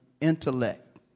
intellect